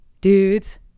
Dudes